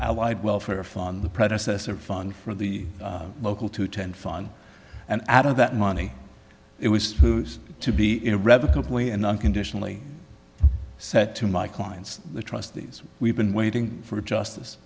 allied welfare fund the predecessor fund for the local to attend fun and out of that money it was who's to be irrevocably and unconditionally said to my clients the trustees we've been waiting for justice